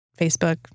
Facebook